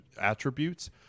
attributes